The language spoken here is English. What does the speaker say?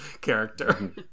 character